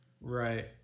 Right